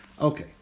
Okay